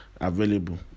available